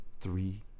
three